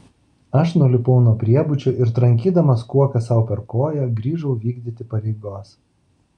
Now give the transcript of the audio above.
aš nulipau nuo priebučio ir trankydamas kuoka sau per koją grįžau vykdyti pareigos